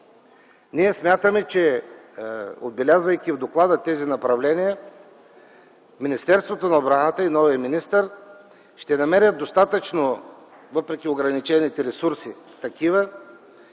Ние смятаме, че, отбелязвайки в доклада тези направления, Министерството на отбраната и новият министър ще намерят достатъчно ресурси, въпреки ограничените такива,